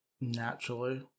Naturally